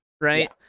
right